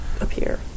appear